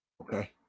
Okay